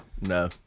no